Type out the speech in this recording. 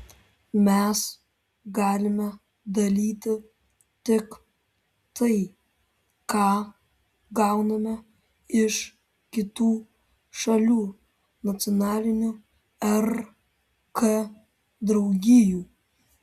mes galime dalyti tik tai ką gauname iš kitų šalių nacionalinių rk draugijų